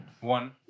One